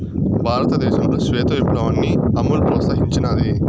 భారతదేశంలో శ్వేత విప్లవాన్ని అమూల్ ప్రోత్సహించినాది